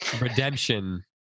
redemption